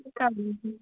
ठीकु आहे दीदी